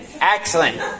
excellent